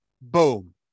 Boom